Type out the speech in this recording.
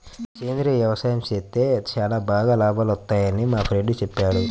సేంద్రియ యవసాయం చేత్తే చానా బాగా లాభాలొత్తన్నయ్యని మా ఫ్రెండు చెప్పాడు